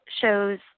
shows